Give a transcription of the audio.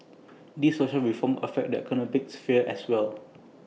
these social reforms affect the economic sphere as well